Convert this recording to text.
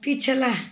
पिछला